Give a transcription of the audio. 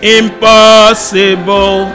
impossible